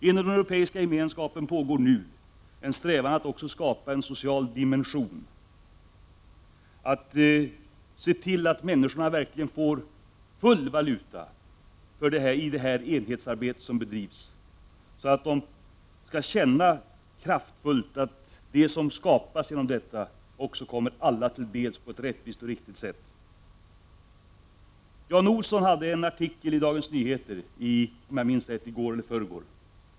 Inom den Europeiska gemenskapen pågår nu en strävan att också skapa en social dimension, att se till att människorna verkligen får full valuta av det arbete som bedrivs, så att de kraftfullt skall känna att det som skapas kommer alla till del på ett rättvist och riktigt sätt. Det fanns en artikel om detta av Jan Olsson i Dagens Nyheter i går.